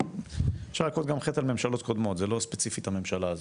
אפשר גם להכות חטא על ממשלות קודמות זה לא ספציפית הממשלה הזו.